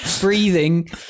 Breathing